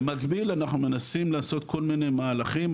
במקביל אנחנו מנסים לעשות כל מיני מהלכים,